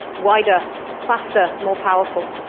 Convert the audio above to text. wider, faster, more powerful.